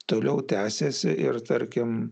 toliau tęsiasi ir tarkim